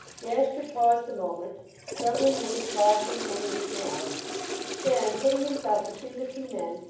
gashford paused a moment, struggling with his caution and his malice then putting himself between the two men,